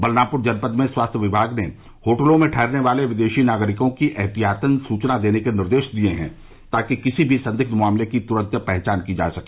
बलरामपुर जनपद में स्वास्थ्य विभाग ने होटलों में ठहरने वाले विदेशी नागरिकों की एहतियातन सूचना देने के निर्देश दिए हैं ताकि किसी भी संदिग्ध मामले की तुरन्त पहचान की जा सके